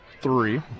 three